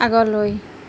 আগলৈ